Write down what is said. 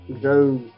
Joe